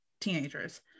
teenagers